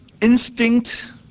instinct